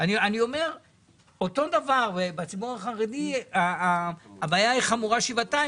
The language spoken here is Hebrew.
אומר שאותו דבר בציבור החרדי שאצלו הבעיה היא חמורה שבעתיים